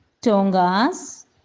tongas